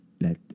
let